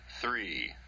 three